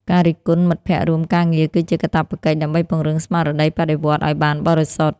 ការរិះគន់មិត្តភក្តិរួមការងារគឺជាកាតព្វកិច្ច ដើម្បីពង្រឹងស្មារតីបដិវត្តន៍ឱ្យបានបរិសុទ្ធ។